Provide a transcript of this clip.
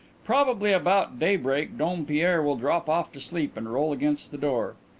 probably about daybreak dompierre will drop off to sleep and roll against the door.